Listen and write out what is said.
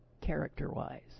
character-wise